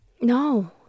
no